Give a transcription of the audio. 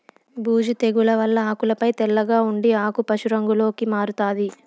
బూజు తెగుల వల్ల ఆకులపై తెల్లగా ఉండి ఆకు పశు రంగులోకి మారుతాది